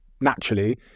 naturally